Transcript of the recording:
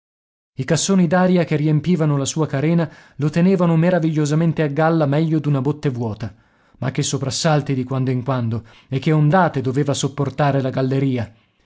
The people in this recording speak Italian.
i cassoni d'aria che riempivano la sua carena lo tenevano meravigliosamente a galla meglio d'una botte vuota ma che soprassalti di quando in quando e che ondate doveva sopportare la galleria